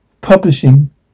Publishing